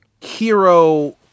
hero